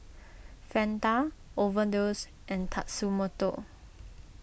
Fanta Overdose and Tatsumoto